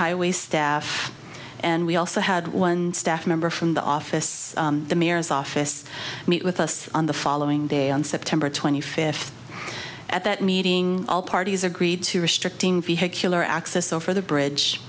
highway staff and we also had one staff member from the office the mayor's office meet with us on the following day on september twenty fifth at that meeting all parties agreed to restricting vehicular access over the bridge